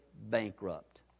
bankrupt